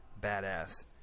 badass